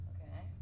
Okay